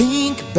Pink